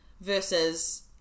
versus